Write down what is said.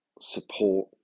support